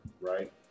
right